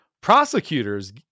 prosecutors